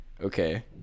Okay